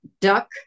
duck